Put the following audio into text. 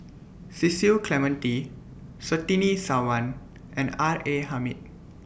Cecil Clementi Surtini Sarwan and R A Hamid